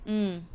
mm